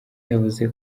yavuze